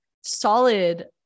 solid